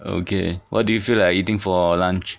okay what do you feel like eating for lunch